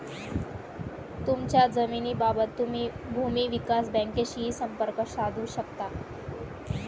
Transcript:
तुमच्या जमिनीबाबत तुम्ही भूमी विकास बँकेशीही संपर्क साधू शकता